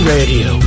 Radio